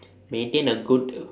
maintain a good